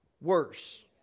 worse